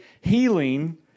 healing